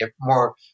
more